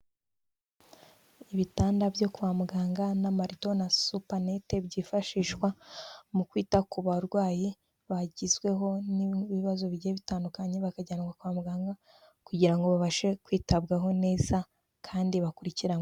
Ibitanda byo kwa muganga n'amarido na supanete byifashishwa mu kwita ku barwayi bagizweho n'ibazo bigiye bitandukanye bakajyanwa kwa muganga kugira ngo babashe kwitabwaho neza kandi bakurikiranywe.